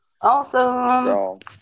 Awesome